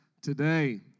today